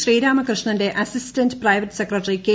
ശ്രീരാമകൃഷ്ണന്റെ assistant private secretary K